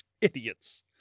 idiots